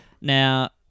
Now